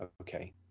Okay